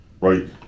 right